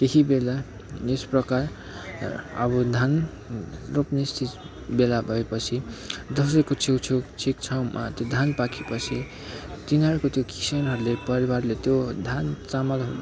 केही बेला यसप्रकार अब धान रोप्ने सि बेला भएपछि दसैँको छेउछेउ छेक छाउमा त्यो धान पाकेपछि तिनीहरूको त्यो किसानहरूले परिवारले त्यो धान चामल